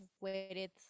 waited